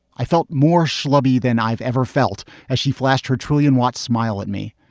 i felt more shlubs than i've ever felt as she flashed her trillion watt smile at me.